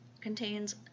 contains